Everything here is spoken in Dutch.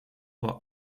wel